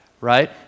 right